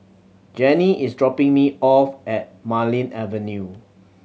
Janie is dropping me off at Marlene Avenue